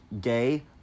gay